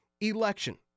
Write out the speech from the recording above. election